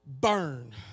Burn